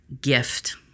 gift